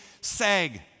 sag